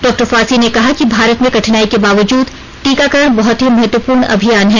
doctor Fauci ने कहा कि भारत में कठिनाई के बावजूद टीकाकरण बहुत ही महत्वपूर्ण अभियान है